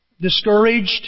discouraged